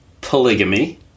polygamy